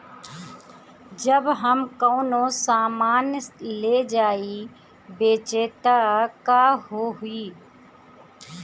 जब हम कौनो सामान ले जाई बेचे त का होही?